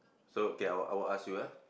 so okay I will I will ask you ah